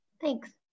Thanks